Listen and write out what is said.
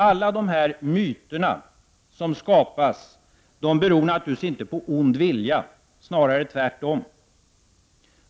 Alla dessa myter som skapas beror naturligtvis inte på ond vilja, snarare tvärtom.